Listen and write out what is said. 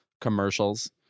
Commercials